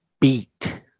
beat